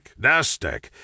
NASDAQ